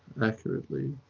accurately,